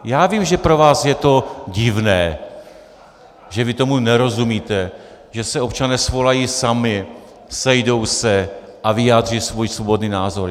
Já vím, že pro vás je to divné, že vy tomu nerozumíte, že se občané svolají sami, sejdou se a vyjádří svůj svobodný názor.